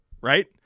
right